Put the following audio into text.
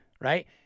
right